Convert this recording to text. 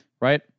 Right